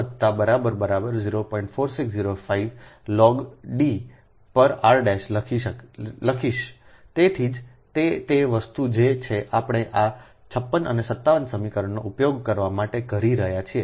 4605 Ia log D પર r' લખીશતેથી જ તે તે વસ્તુ છે જે આપણે આ 56 અને 57 સમીકરણનો ઉપયોગ કરવા માટે કરી રહ્યા છીએ